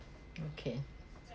okay